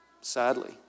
Sadly